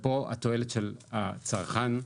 פה התועלת של הצרכן,